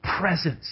presence